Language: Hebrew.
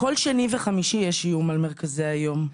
כל שני וחמישי יש איום על מרכזי היום.